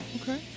Okay